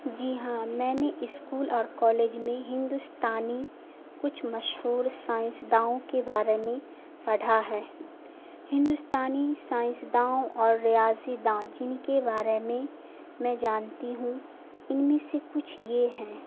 جی ہاں میں نے اسکول اور کالج میں ہندوستانی کچھ مشہور سائنس دانوں کے بارے میں پڑھا ہے ہندوستانی سائنس دانوں اور ریاضی دانوں جن کے بارے میں میں جانتی ہوں ان میں سے کچھ یہ ہیں